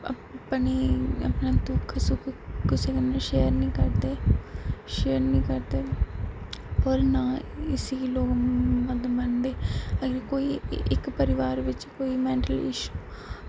अपने अपना दुक्ख सुख कुसै कन्नै शेयर निं करदे शेयर निं करदे होर ना इसी लोग मनदे अगर कोई इक परिवार बिच कोई मेंटल इश्यू